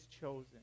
chosen